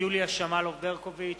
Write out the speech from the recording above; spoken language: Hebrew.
יוליה שמאלוב-ברקוביץ,